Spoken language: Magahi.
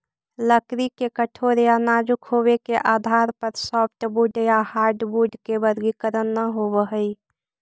लकड़ी के कठोर या नाजुक होबे के आधार पर सॉफ्टवुड या हार्डवुड के वर्गीकरण न होवऽ हई